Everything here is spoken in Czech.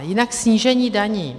Jinak snížení daní.